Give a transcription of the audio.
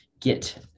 get